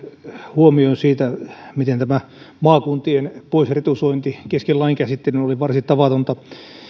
huomioin siitä miten tämä maakuntien poisretusointi kesken lain käsittelyn oli varsin tavatonta